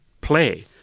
play